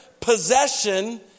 possession